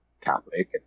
Catholic